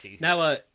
Now